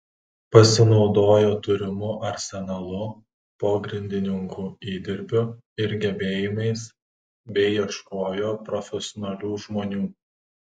pasinaudojo turimu arsenalu pogrindininkų įdirbiu ir gebėjimais bei ieškojo profesionalių žmonių